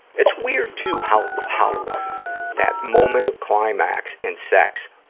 it's weird, to, how, how that moment of climax in sex,